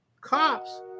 cops